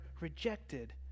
rejected